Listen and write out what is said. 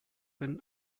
win